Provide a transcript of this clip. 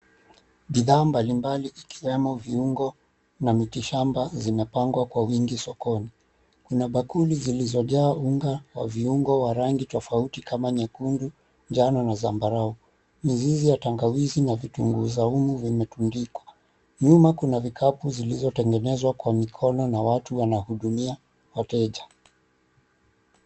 Bidhaa mbalimbali ikiwemo viungo na miti shamba zimepangwa kwa wingi sokoni. Kuna bakuli zilizojaa unga wa viungo wa rangi tofauti kama nyekundu, njano na zambarau. 𝑀izizi ya tangawizi na vitunguu saumu vimetundikwa. Nyuma kuna vikapu zilizotengenezwa kwa mikono na watu wanahudumia wateja.